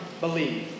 believe